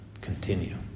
continue